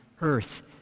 earth